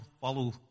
Follow